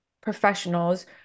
professionals